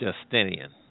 Justinian